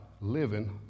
living